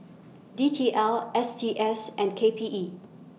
D T L S T S and K P E